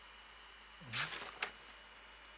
mmhmm